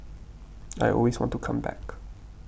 I always want to come back